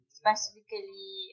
specifically